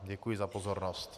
Děkuji za pozornost.